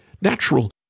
Natural